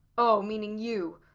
o, meaning you!